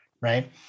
right